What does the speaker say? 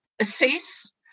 assess